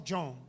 John